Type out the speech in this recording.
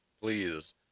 Please